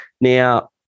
now